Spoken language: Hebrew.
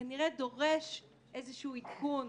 כנראה דורש איזשהו עדכון.